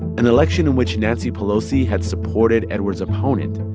an election in which nancy pelosi had supported edward's opponent.